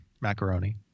Macaroni